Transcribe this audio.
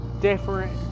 different